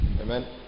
Amen